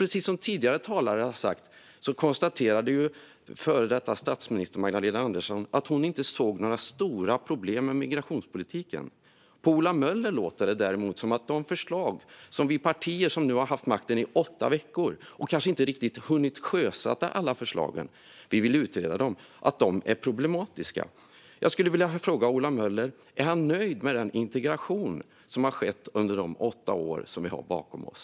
Precis som föregående talare har sagt konstaterade den före detta statsministern Magdalena Andersson att hon inte såg några stora problem med migrationspolitiken. På Ola Möller låter det däremot som att det problematiska är de förslag som lagts fram av partier som har haft makten i åtta veckor och som kanske inte riktigt hunnit sjösätta alla förslag eftersom vi vill utreda dem först. Jag vill fråga Ola Möller om han är nöjd med den integration som har skett under de åtta år vi har bakom oss.